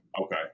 Okay